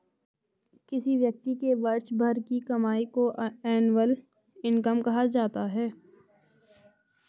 किसी व्यक्ति के वर्ष भर की कमाई को एनुअल इनकम कहा जाता है